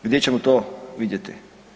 Gdje ćemo to vidjeti?